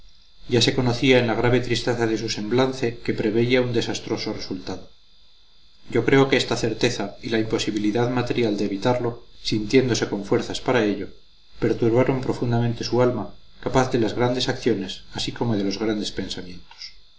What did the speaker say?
ya se conocía en la grave tristeza de su semblante que preveía un desastroso resultado yo creo que esta certeza y la imposibilidad material de evitarlo sintiéndose con fuerzas para ello perturbaron profundamente su alma capaz de las grandes acciones así como de los grandes pensamientos